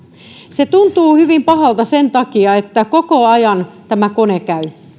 se tuntuu hyvin pahalta sen takia että koko ajan tämä kone käy